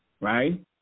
right